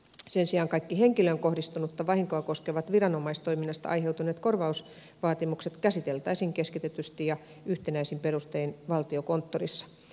sen sijaan kaikki henkilöön kohdistunutta vahinkoa koskevat viranomaistoiminnasta aiheutuneet korvausvaatimukset käsiteltäisiin keskitetysti ja yhtenäisin perustein valtiokonttorissa